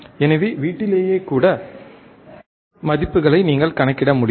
எனவே வீட்டிலேயே கூட மதிப்புகளை நீங்கள் கணக்கிட முடியும்